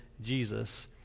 Jesus